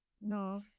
No